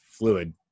fluid